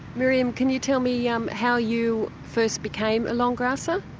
miriam can you tell me yeah um how you first became a long grasser?